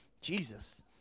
Jesus